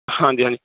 ਹਾਂਜੀ ਹਾਂਜੀ